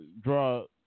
draw